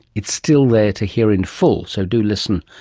it's still there to hear in full, so do listen.